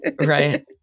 Right